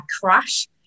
crash